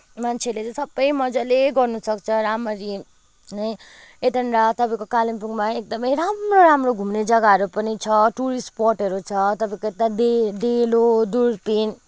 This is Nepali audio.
मान्छेले चाहिँ सबै मजाले गर्नुसक्छ राम्ररी नै यतानिर तपाईँको कालिम्पोङमा एकदमै राम्रो राम्रो घुम्ने जग्गाहरू पनि छ टुरिस्ट स्पोटहरू छ तपाईँको यता डेलो दुर्बिन